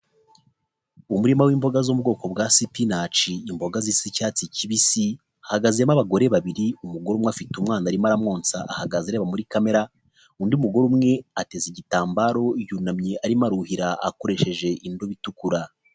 Umurima w'imboga zo mu bwoko bwa sipinaci, imboga zisa icyatsi kibisi hahagazemo abagore babiri umugore umwe afite umwana arimo aramwonsa ahagaze areba muri kamera undi mugore umwe ateze igitambaro yunamye arimo aruhira akoresheje indobo itukura.